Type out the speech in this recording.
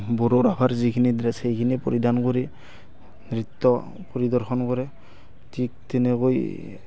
বড়ো ৰাভাৰ যিখিনি ড্ৰেছ সেইখিনিয়ে পৰিধান কৰি নৃত্য পৰিদৰ্শন কৰে ঠিক তেনেকৈ